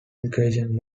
education